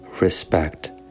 respect